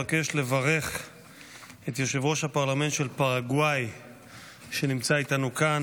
ישיבה קכ"ח הישיבה המאה-ועשרים-ושמונה של הכנסת העשרים-וחמש יום שני,